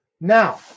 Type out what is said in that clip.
Now